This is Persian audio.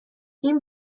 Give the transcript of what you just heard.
این